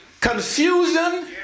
confusion